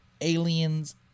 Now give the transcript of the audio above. aliens